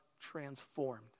transformed